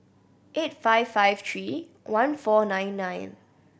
eight five five three one four nine nine